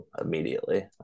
immediately